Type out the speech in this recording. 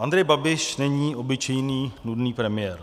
Andrej Babiš není obyčejný nudný premiér.